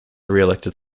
reelected